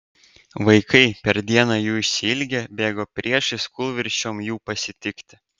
vaikai per dieną jų išsiilgę bėgo priešais kūlvirsčiom jų pasitikti